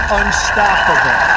unstoppable